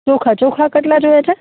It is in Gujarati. ચોખા ચોખા કટલા જોઈએ છે